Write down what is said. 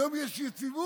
היום יש יציבות?